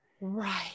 right